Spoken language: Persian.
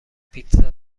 پیتزا